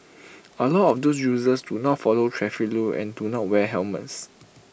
A lot of those users do not follow traffic rules and do not wear helmets